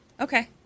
Okay